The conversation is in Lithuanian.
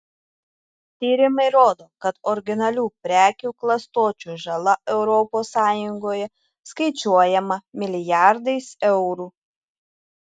tyrimai rodo kad originalių prekių klastočių žala europos sąjungoje skaičiuojama milijardais eurų